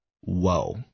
Whoa